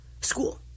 school